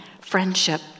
friendship